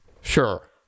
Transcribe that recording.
sure